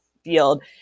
field